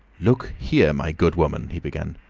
look here, my good woman he began.